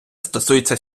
стосується